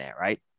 right